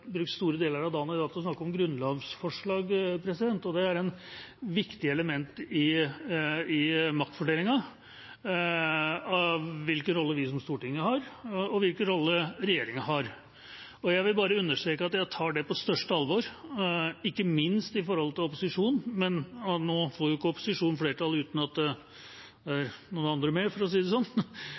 brukt store deler av dagen i dag til å snakke om grunnlovsforslag, og det er et viktig element i maktfordelingen hvilken rolle Stortinget har, og hvilken rolle regjeringa har. Jeg vil bare understreke at jeg tar på største alvor den arbeidsdelingen som er mellom regjering og storting, ikke minst forholdet til opposisjonen, men nå får jo ikke opposisjonen flertall uten at det er noen andre med, for å si det sånn.